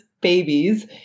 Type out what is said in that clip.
babies